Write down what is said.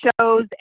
shows